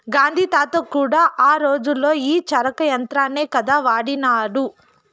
గాంధీ తాత కూడా ఆ రోజుల్లో ఈ చరకా యంత్రాన్నే కదా వాడినాడు